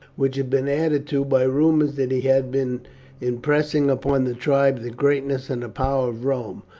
which had been added to by rumours that he had been impressing upon the tribe the greatness and power of rome.